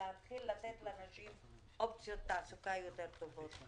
להתחיל לתת לנשים אופציות תעסוקה יתר טובות.